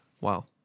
Wow